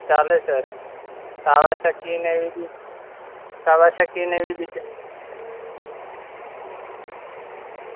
ચાલે sir Kawasaki ને એવી ભી કાવાસકી ને એવી ભી ચા